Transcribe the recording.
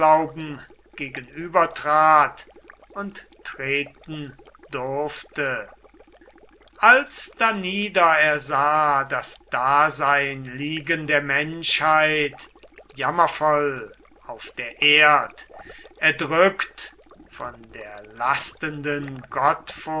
gegenübertrat und treten durfte als danieder er sah das dasein liegen der menschheit jammervoll auf der erd erdrückt von der lastenden